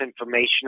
information